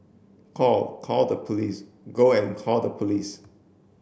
call call the police go and call the police